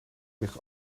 ligt